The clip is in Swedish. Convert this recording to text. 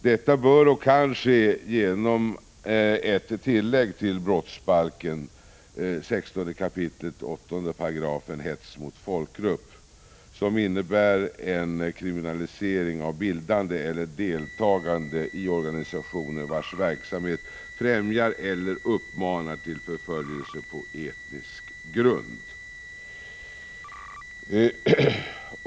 Detta bör och kan ske genom ett tillägg till 16 kap. 8 § brottsbalken, om hets mot folkgrupp, som innebär en kriminalisering av bildande av eller deltagande i organisationer vilkas verksamhet främjar eller uppmanar till förföljelse på etnisk grund.